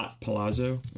Palazzo